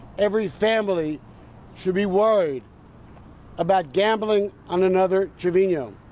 every family should be worried about gambling on another trevino.